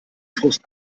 frust